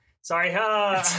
sorry